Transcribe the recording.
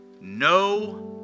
No